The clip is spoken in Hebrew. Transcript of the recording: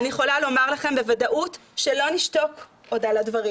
אני יכולה לומר לכם בוודאות שלא נשתוק עוד על הדברים.